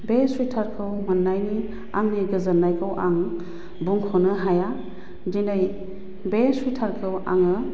बे सुइथारखौ मोन्नायनि आंनि गोजोन्नायखौ आं बुंख'नो हाया दिनै बे सुइथारखौ आङो